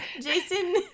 Jason